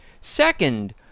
Second